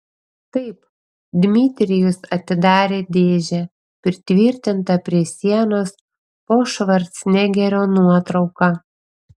taip dmitrijus atidarė dėžę pritvirtintą prie sienos po švarcnegerio nuotrauka